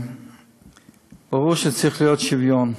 ברור שצריך להיות שוויון.